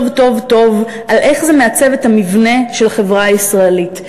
טוב טוב על איך זה מעצב את המבנה של החברה הישראלית.